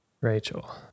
Rachel